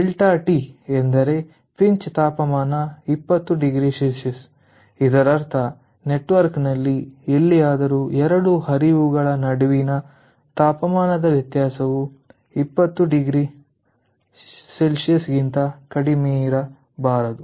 ∆T ಎಂದರೆ ಪಿಂಚ್ ತಾಪಮಾನ 20oC ಇದರರ್ಥ ನೆಟ್ವರ್ಕ್ನಲ್ಲಿ ಎಲ್ಲಿಯಾದರೂ 2 ಹರಿವುಗಳ ನಡುವಿನ ತಾಪಮಾನದ ವ್ಯತ್ಯಾಸವು 20oC ಗಿಂತ ಕಡಿಮೆಯಿರಬಾರದು